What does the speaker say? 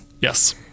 Yes